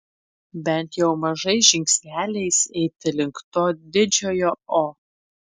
bent jau mažais žingsneliais eiti link to didžiojo o